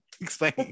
explain